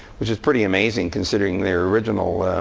which is pretty amazing, considering their original